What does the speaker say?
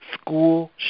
school